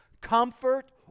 comfort